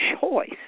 choice